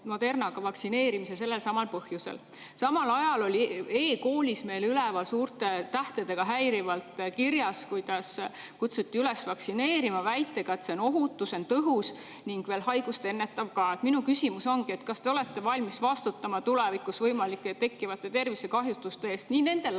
Modernaga vaktsineerimise sellelsamal põhjusel. Samal ajal oli meil e-koolis häirivalt suurte tähtedega kirjas, kutsuti üles vaktsineerima, väites et see on ohutu, see on tõhus ning veel haigust ennetav ka. Minu küsimus ongi: kas te olete valmis vastutama võimalike tulevikus tekkivate tervisekahjustuste eest nii nendel